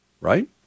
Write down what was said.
right